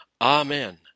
Amen